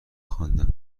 خواندم